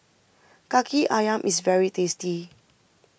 Kaki Ayam is very tasty